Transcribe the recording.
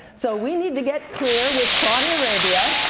so we need to get clear with saudi arabia